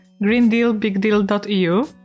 greendealbigdeal.eu